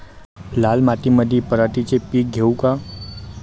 लाल मातीमंदी पराटीचे पीक घेऊ का?